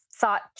thought